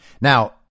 Now